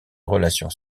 relation